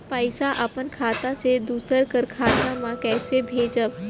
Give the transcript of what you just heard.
पइसा अपन खाता से दूसर कर खाता म कइसे भेजब?